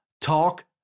talk